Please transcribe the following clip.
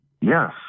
Yes